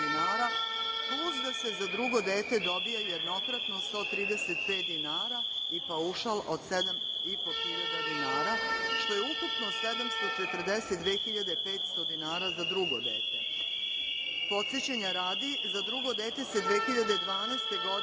plus se za drugo dete dobija jednokratno 135.000 dinara i paušal od 7.500 dinara, što je ukupno 742.500 dinara za drugo dete. Podsećanja radi, za drugo dete se 2012. godine